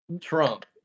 Trump